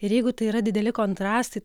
ir jeigu tai yra dideli kontrastai